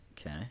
Okay